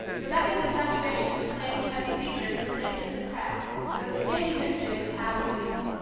rebecca's infatuation for plain, heavy-featured, complacent miss pratt was a standing mystery in the paget family.